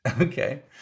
Okay